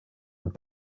und